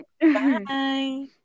Bye